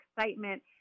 excitement